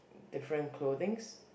different clothings